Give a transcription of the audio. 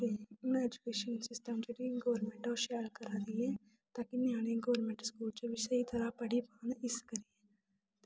हून education system जेह्ड़ी government ऐ ओह् शैल करा दी ऐ तां कि ञ्यानें गौरमैंट स्कूल च बी शैल त'रा पढ़ी पान